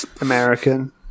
American